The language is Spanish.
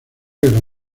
guerra